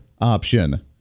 option